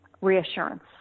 reassurance